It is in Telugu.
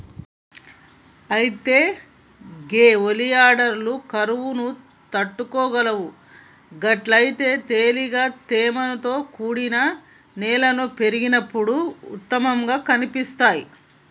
అయితే గే ఒలియాండర్లు కరువును తట్టుకోగలవు గట్లయితే తేలికగా తేమతో కూడిన నేలలో పెరిగినప్పుడు ఉత్తమంగా కనిపిస్తాయి